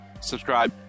subscribe